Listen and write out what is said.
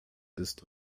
ist